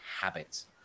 habits